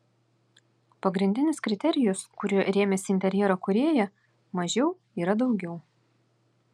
pagrindinis kriterijus kuriuo rėmėsi interjero kūrėja mažiau yra daugiau